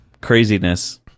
craziness